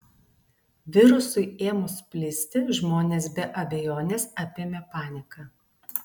virusui ėmus plisti žmonės be abejonės apėmė panika